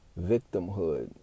victimhood